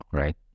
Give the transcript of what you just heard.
right